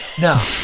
No